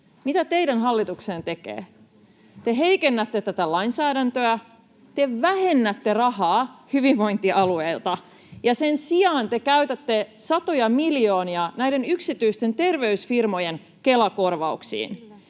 Mitä teidän hallituksenne tekee? Te heikennätte tätä lainsäädäntöä. Te vähennätte rahaa hyvinvointialueilta ja sen sijaan te käytätte satoja miljoonia näiden yksityisten terveysfirmojen Kela-korvauksiin.